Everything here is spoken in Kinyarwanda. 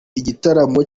igitaramo